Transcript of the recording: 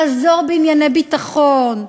לעזור בענייני ביטחון.